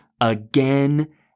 again